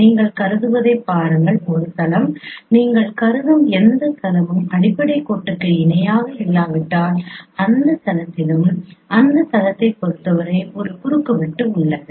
நீங்கள் கருதுவதைப் பாருங்கள் ஒரு தளம் நீங்கள் கருதும் எந்த தளமும் அடிப்படைக் கோட்டுக்கு இணையாக இல்லாவிட்டால் அந்த தளத்திலும் அந்த தளத்தைப் பொறுத்தவரை ஒரு குறுக்குவெட்டு உள்ளது